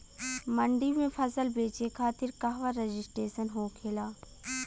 मंडी में फसल बेचे खातिर कहवा रजिस्ट्रेशन होखेला?